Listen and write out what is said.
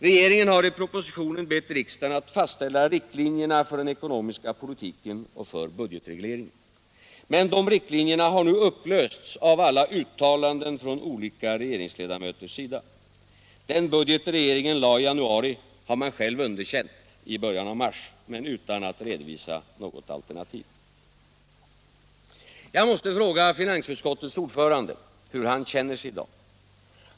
Regeringen har i propositionen bett riksdagen att fastställa riktlinjerna för den ekonomiska politiken och för budgetregleringen. Men de riktlinjerna har nu upplösts av alla uttalanden från olika regeringsledamöters sida. Den budget regeringen lade i januari har den själv underkänt i början av mars — men utan att redovisa något alternativ. Jag måste fråga finansutskottets ordförande hur han känner sig i dag.